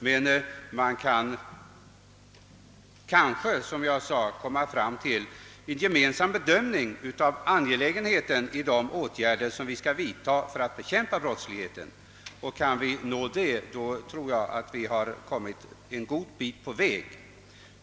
Men man kan kanske, som jag sade, komma fram till en gemensam bedömning av angelägenheten i de åtgärder som vi måste vidtaga för att bekämpa brottsligheten. Kan vi uppnå detta då har vi kommit en god bit på väg.